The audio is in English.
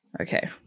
okay